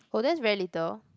oh that's very little